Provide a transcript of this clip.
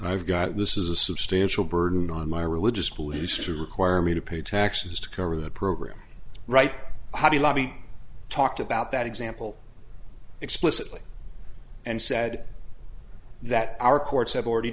i've got this is a substantial burden on my religious school use to require me to pay taxes to cover the program right hobby lobby talked about that example explicitly and said that our courts have already